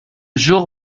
jour